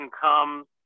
comes